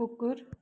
कुकुर